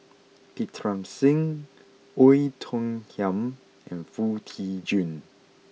Pritam Singh Oei Tiong Ham and Foo Tee Jun